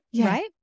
right